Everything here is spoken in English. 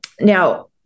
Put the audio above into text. Now